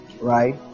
right